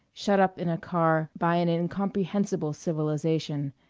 shut up in a car by an incomprehensible civilization,